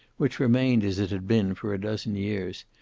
which remained as it had been for a dozen years,